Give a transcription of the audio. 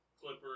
Clippers